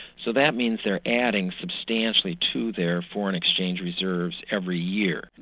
so that means they're adding substantially to their foreign exchange reserves every year. and